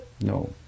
No